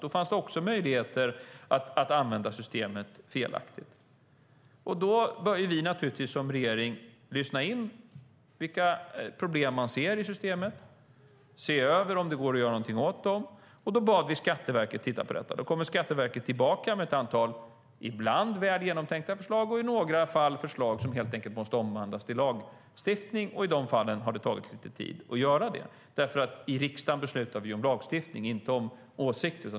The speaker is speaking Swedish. Då fanns det också möjligheter att använda systemet felaktigt. Som regering bör vi naturligtvis lyssna in vilka problem man ser i systemet och se över om det går att göra någonting åt dem. Vi bad Skatteverket att titta på det. Skatteverket kom tillbaka med ibland väl genomtänkta förslag och i andra fall förslag som måste omvandlas till lagstiftning. I de fallen har det tagit lite tid. I riksdagen beslutar man om lagstiftning, inte om åsikter.